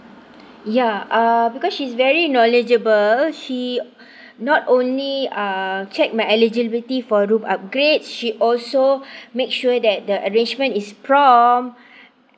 ya uh because she is very knowledgeable she not only uh check my eligibility for room upgrade she also make sure that the arrangement is prompt